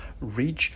reach